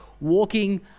walking